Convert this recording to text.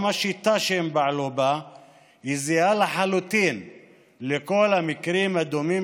השיטה שהם פעלו בה זהה לחלוטין לכל המקרים הדומים,